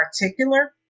particular